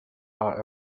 are